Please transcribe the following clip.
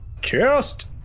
Cast